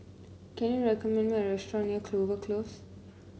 can you recommend me a restaurant near Clover Close